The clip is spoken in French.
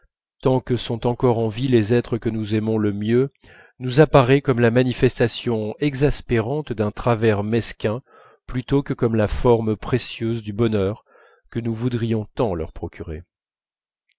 tant que sont encore en vie les êtres que nous aimons le mieux nous apparaît comme la manifestation exaspérante d'un travers mesquin plutôt que comme la forme précieuse du bonheur que nous voudrions tant leur procurer